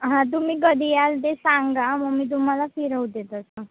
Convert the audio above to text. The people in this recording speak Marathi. हां तुम्ही कधी याल ते सांगा मग मी तुम्हाला फिरवते तसं